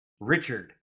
Richard